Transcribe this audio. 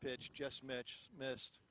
pitch just mitch missed